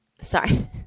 Sorry